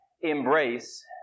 embrace